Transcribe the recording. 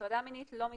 מילה רק